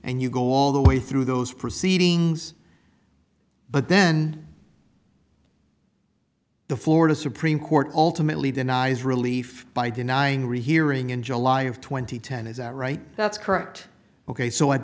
and you go all the way through those proceedings but then the florida supreme court ultimately denies relief by denying rehearing in july of two thousand and ten is that right that's correct ok so at